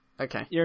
okay